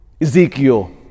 Ezekiel